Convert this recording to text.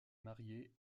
marié